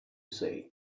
say